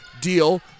Deal